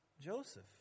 Joseph